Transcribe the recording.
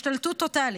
השתלטות טוטלית,